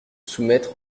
soumettre